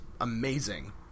amazing